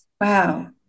wow